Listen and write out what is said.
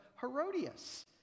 Herodias